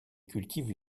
cultive